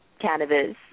cannabis